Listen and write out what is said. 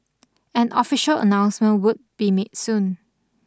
an official announcement would be made soon